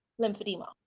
lymphedema